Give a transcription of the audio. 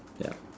ya